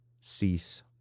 cease